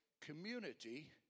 community